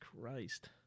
christ